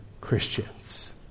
christians